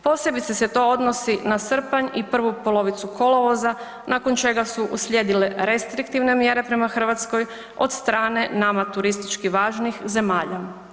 Posebice se to odnosi na srpanj i prvu polovicu kolovoza nakon čega su uslijedile restriktivne mjere prema Hrvatskoj od strane nama turistički važnih zemalja.